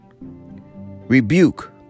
rebuke